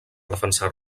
defensar